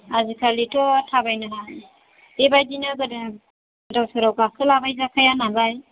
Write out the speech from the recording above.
आजिखालिथ' थाबायनो मानो बेबायदिनो गोदो गोदाव सोराव गाखोला बायजाखाया नालाय